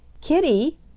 Kitty